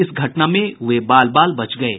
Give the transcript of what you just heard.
इस घटना में वे बाल बाल बच गये